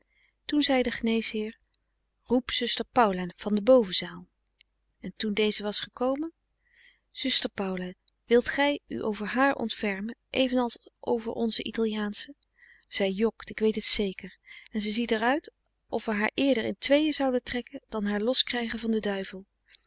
toen zei de geneesheer roep zuster paula van de bovenzaal en toen deze was gekomen zuster paula wilt gij u over haar ontfermen even als over onze italiaansche zij jokt ik weet het zeker en ze ziet er uit of we haar eerder in tweeën zouden trekken dan haar loskrijgen van den duivel